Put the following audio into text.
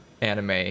anime